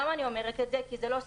אני לא אומרת את זה סתם.